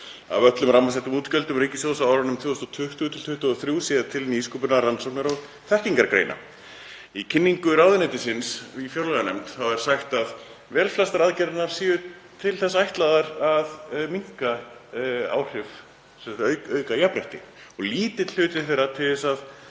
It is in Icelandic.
af öllum rammasettum útgjöldum ríkissjóðs á árunum 2020–2023 sé til nýsköpunar, rannsókna og þekkingargreina. Í kynningu ráðuneytisins í fjárlaganefnd er sagt að velflestar aðgerðirnar séu til þess ætlaðar að auka jafnrétti en lítill hluti þeirra til að